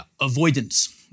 avoidance